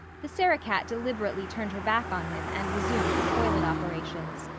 the sarah-cat deliberately turned her back on him and resumed her toilet operations.